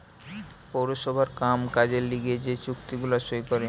পৌরসভার কাম কাজের লিগে যে চুক্তি গুলা সই করে